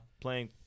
playing